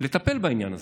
לטפל בעניין הזה.